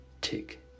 tick